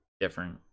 different